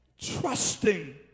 trusting